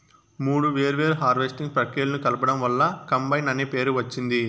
మూడు వేర్వేరు హార్వెస్టింగ్ ప్రక్రియలను కలపడం వల్ల కంబైన్ అనే పేరు వచ్చింది